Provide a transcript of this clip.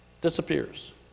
disappears